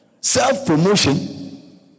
Self-promotion